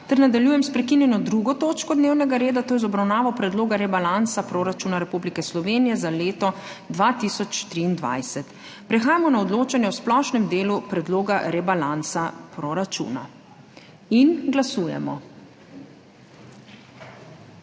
**Nadaljujemo s****prekinjeno 2. točko dnevnega reda, to je z obravnavo Predloga rebalansa Proračuna Republike Slovenije za leto 2023.** Prehajamo na odločanje o splošnem delu Predloga rebalansa Proračuna. Glasujemo.